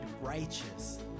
righteous